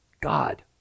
God